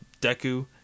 Deku